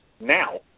now